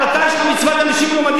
אבל אתה, יש לך מצוות אנשים מלומדה,